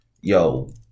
Yo